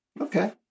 Okay